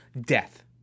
death